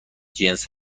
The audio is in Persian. جنس